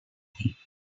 nothing